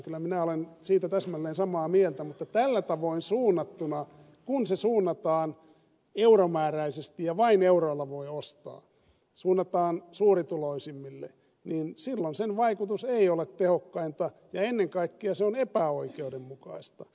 kyllä minä olen siitä täsmälleen samaa mieltä mutta tällä tavoin suunnattuna kun se suunnataan euromääräisesti ja vain euroilla voi ostaa suunnataan suurituloisimmille niin silloin sen vaikutus ei ole tehokkainta ja ennen kaikkea se on epäoikeudenmukaista